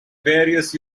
various